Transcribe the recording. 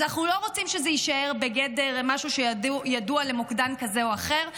אז אנחנו לא רוצים שזה יישאר בגדר משהו שידוע למוקדן כזה או אחר.